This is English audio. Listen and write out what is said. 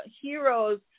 heroes